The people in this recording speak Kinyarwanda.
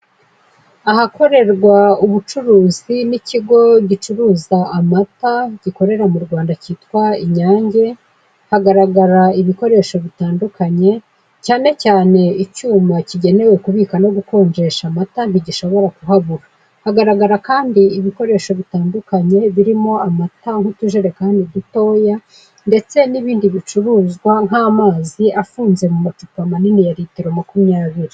Ahakorerwa ubucuruzi n'ikigo gicuruza amata gikorera mu Rwanda cyitwa Inyange hagaragara ibikoresho bitandukanye cyane cyane icyuma cyigenewe kubika no gukonjesha amata ntigishobora kuhabura, hagaragara kandi ibikoresho bitandukanye birimo amata nk'utujerekani dutoya ndetse n'ibindi bicuruzwa nk'amazi afunze mu macupa manini ya litiro makumyabiri.